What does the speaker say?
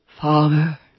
Father